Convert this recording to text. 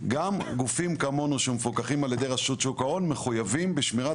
גם גופים כמונו שמפוקחים על ידי רשות שוק ההון מחויבים בשמירת